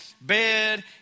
bed